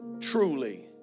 Truly